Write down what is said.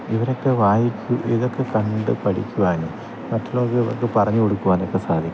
ഇവരൊക്കെ വായിക്കു ഇതൊക്കെ കണ്ടു പഠിക്കുവാനും മറ്റുള്ളവർക്ക് ഇതൊക്കെ പറഞ്ഞ് കൊടുക്കുവാനുമൊക്കെ സാധിക്കും